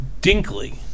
Dinkley